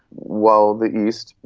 while the east,